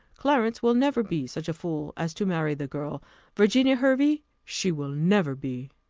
clarence will never be such a fool as to marry the girl virginia hervey she will never be!